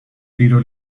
tiro